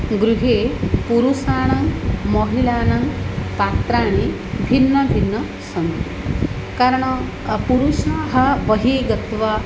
गृहे पुरुषाणां महिलानां पात्राणि भिन्नभिन्नानि सन्ति कारणं पुरुषाः बहिः गत्वा